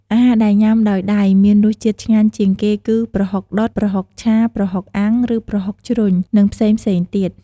អាហារដែលញ៉ាំដោយដៃមានរសជាតិឆ្ងាញ់ជាងគេគឺ ប្រហុកដុត ប្រហុកឆា ប្រហុកអាំង ឬប្រហុកជ្រុញ និងផ្សេងៗទៀត។